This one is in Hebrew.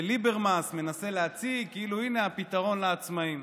וליברמס מנסה להציג כאילו הינה הפתרון לעצמאים.